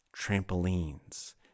trampolines